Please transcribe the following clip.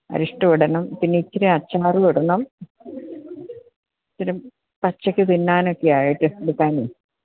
അരിഷ്ടവിടണം പിന്നെ ഇച്ചിരെ അച്ചാറും ഇടണം ഇച്ചിരെ പച്ചക്ക് തിന്നാനൊക്കെയായിട്ട് എടുക്കാൻ